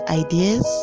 ideas